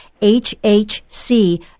H-H-C